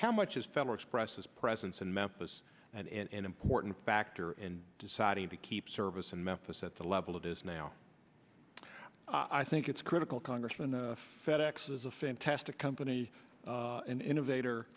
how much is federal express his presence in memphis and an important factor in deciding to keep service in memphis at the level it is now i think it's critical congressman fed ex is a fantastic company an innovat